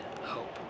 hope